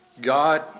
God